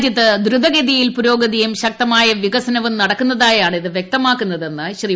രാജ്യത്തിൽ ദ്രുതഗതിയിൽ പുരോഗതിയും ശക്തമായ വികസനവും നടക്കുന്നതായാണ് വ്യക്തമാക്കുന്നതെന്ന് ശ്രീ